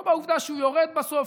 לא בעובדה שהוא יורד בסוף,